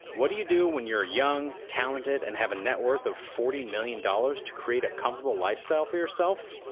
what do you do when you're young, talented and have a net worth of forty million dollars to create a comfortable life so for yourself?